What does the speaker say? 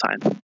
time